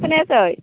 खोनायाखै